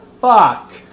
fuck